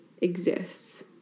exists